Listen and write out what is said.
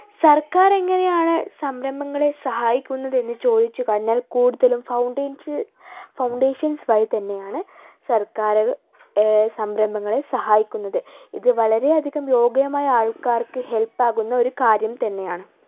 സർക്കാരെങ്ങനെയാണ് സംരംഭങ്ങളെ സഹായിക്കുന്നതെന്ന് ചോദിച്ചു കഴിഞ്ഞാൽ കൂടുതലും ഫൗണ്ടൻഷൽ ഫൗണ്ടേഷൻസ് വഴി തന്നെയാണ് സർക്കാര് സംരംഭങ്ങളെ സഹായിക്കുന്നത് ഇത് വളരെയധികം യോഗ്യമായ ആൾക്കാർക്ക് ഹെൽപ്പാകുന്ന ഒരു കാര്യം തന്നെയാണ്